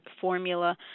formula